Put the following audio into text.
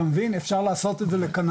אתה מבין, אפשר לעשות את זה לקנאביס.